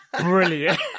brilliant